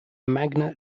magna